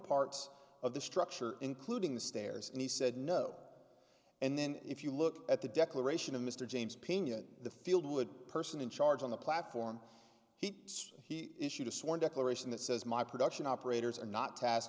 parts of the structure including the stairs and he said no and then if you look at the declaration of mr james pena the field would person in charge on the platform he says he issued a sworn declaration that says my production operators are not task